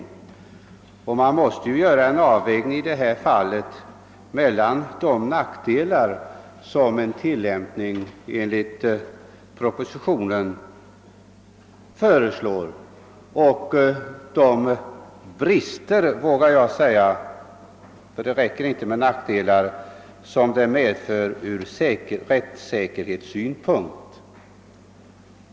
I detta fall måste man göra en avvägning mot de nackdelar och brister som en tillämpning av lagen enligt propositionen medför ur rättssäkerhetssynpunkt.